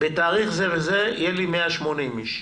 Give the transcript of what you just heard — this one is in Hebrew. בתאריך זה וזה יהיו לי 180 איש.